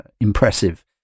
impressive